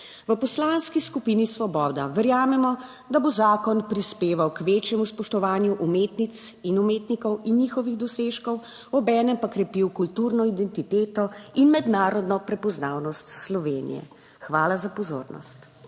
V Poslanski skupini Svoboda verjamemo, da bo zakon prispeval k večjemu spoštovanju umetnic in umetnikov in njihovih dosežkov, obenem pa krepil kulturno identiteto in mednarodno prepoznavnost Slovenije. Hvala za pozornost.